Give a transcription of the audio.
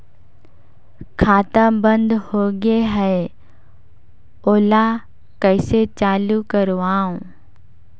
खाता बन्द होगे है ओला कइसे चालू करवाओ?